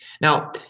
Now